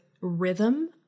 rhythm